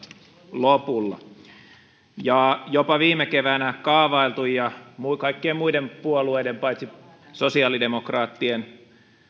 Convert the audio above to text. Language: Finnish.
lopulla jopa viime keväänä kaavailtu ja kaikkien muiden puolueiden paitsi sosiaalidemokraattien